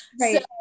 Right